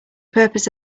purpose